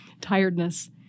tiredness